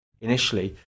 initially